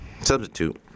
substitute